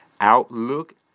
outlook